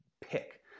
pick